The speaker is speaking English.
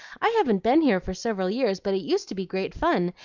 i haven't been here for several years, but it used to be great fun,